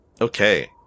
Okay